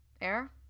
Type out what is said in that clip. air